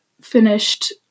finished